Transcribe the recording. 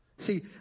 See